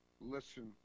listen